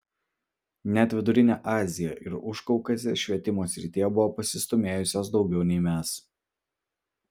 net vidurinė azija ir užkaukazė švietimo srityje buvo pasistūmėjusios daugiau nei mes